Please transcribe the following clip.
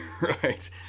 right